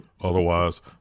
Otherwise